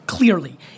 Clearly